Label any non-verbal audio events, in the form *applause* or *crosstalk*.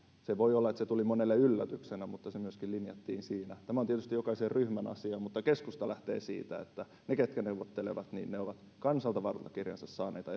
voi olla että se tuli monelle yllätyksenä mutta se myöskin linjattiin siinä tämä on tietysti jokaisen ryhmän asia mutta keskusta lähtee siitä että ne ketkä neuvottelevat ovat kansalta valtakirjansa saaneita *unintelligible*